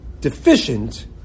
deficient